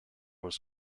was